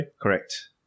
Correct